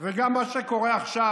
זה גם מה שקורה עכשיו,